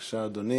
בבקשה, אדוני.